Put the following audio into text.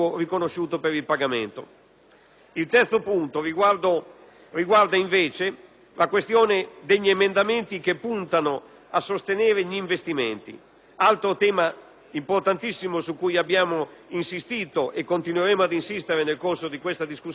Il terzo punto riguarda invece la questione degli emendamenti che puntano a sostenere gli investimenti. Si tratta di un altro tema importantissimo su cui abbiamo insistito e continueremo ad insistere nel corso della discussione, perché